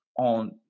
on